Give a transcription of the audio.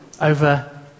over